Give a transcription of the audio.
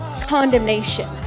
condemnation